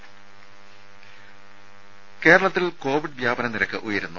ദേദ കേരളത്തിൽ കോവിഡ് വ്യാപന നിരക്ക് ഉയരുന്നു